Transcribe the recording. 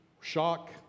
shock